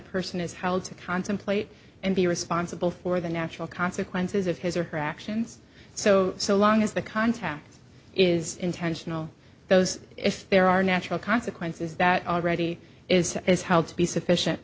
person is held to contemplate and be responsible for the natural consequences of his or her actions so so long as the contact is intentional those if there are natural consequences that already is is held to be sufficient